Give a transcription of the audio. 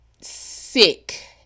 sick